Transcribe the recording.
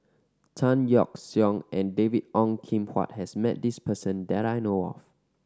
Tan Yeok Seong and David Ong Kim Huat has met this person that I know of